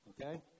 okay